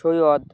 Syed